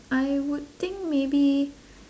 I would think maybe